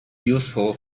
useful